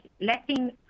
lacking